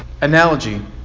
analogy